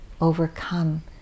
overcome